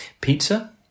pizza